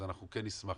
אז אנחנו כן נשמח,